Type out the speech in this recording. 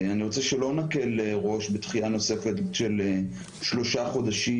אני רוצה שלא נקל ראש בדחייה נוספת של שלושה חודשים.